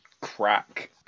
crack